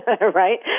right